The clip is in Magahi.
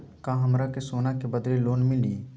का हमरा के सोना के बदले लोन मिलि?